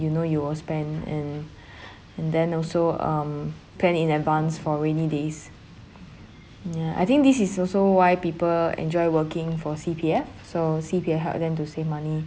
you know it was banned and and then also um plan in advance for rainy days ya I think this is also why people enjoy working for C_P_F so C_P_F help them to save money